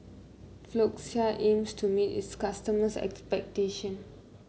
Floxia aims to meet its customers' expectation